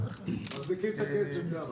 מחזיקים את הכסף שם.